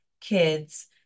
kids